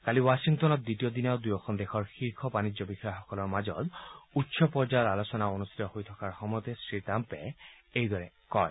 কালি ৱাথিংটনত দ্বিতীয় দিনাও দুয়োখন দেশৰ শীৰ্ষ বাণিজ্য বিষয়াসকলৰ মাজত উচ্চ পৰ্যায়ৰ আলোচনা অনুষ্ঠিত হৈ থকাৰ সময়তে শ্ৰীট্টাম্পে এইদৰে কয়